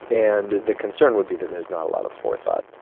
and the concern would be that there's not a lot of forethought.